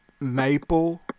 Maple